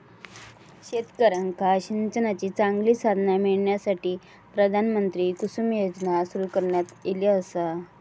शेतकऱ्यांका सिंचनाची चांगली साधना मिळण्यासाठी, प्रधानमंत्री कुसुम योजना सुरू करण्यात ईली आसा